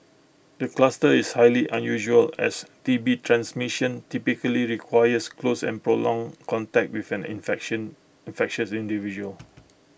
the cluster is highly unusual as T B transmission typically requires close and prolonged contact with an infection infectious individual